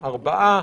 ארבעה.